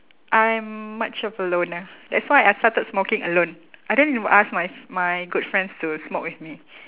I am much of a loner that's why I started smoking alone I didn't even ask my my good friends to smoke with me